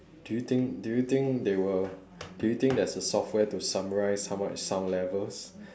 do you think do you think they will do you think there's a software to summarize how much sound levels